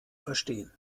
verstehen